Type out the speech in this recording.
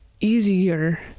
easier